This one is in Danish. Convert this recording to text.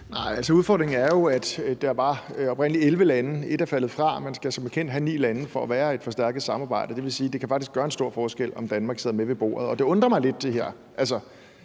(EL): Udfordringen er jo, at der oprindelig var 11 lande, hvoraf 1 er faldet fra, og man skal som bekendt have 9 lande for at være et forstærket samarbejde. Det vil sige, at det faktisk kan gøre en stor forskel, om Danmark sidder med ved bordet. Det her undrer mig lidt, for